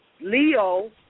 Leo